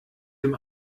dem